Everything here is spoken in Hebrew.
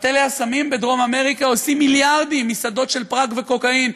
קרטלי הסמים בדרום-אמריקה עושים מיליארדים משדות של פרג וקוקאין,